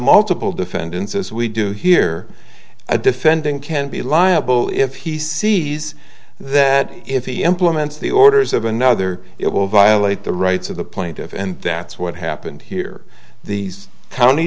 multiple defendants as we do here a defendant can be liable if he sees that if he implements the orders of another it will violate the rights of the plaintiff and that's what happened here these county